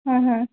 হয় হয়